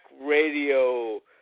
Radio